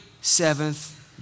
seventh